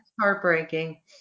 heartbreaking